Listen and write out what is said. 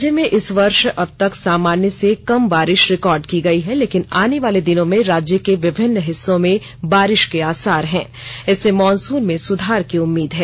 राज्य में इस वर्ष अब तक सामान्य से कम बारिश रिकॉर्ड की गयी है लेकिन आने वाले दिनों में राज्य के विभिन्न हिस्सों में बारिश के आसार है इससे मॉनसून में सुधार की उम्मीद है